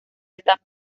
hasta